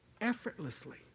effortlessly